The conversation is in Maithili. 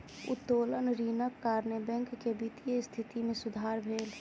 उत्तोलन ऋणक कारणेँ बैंक के वित्तीय स्थिति मे सुधार भेल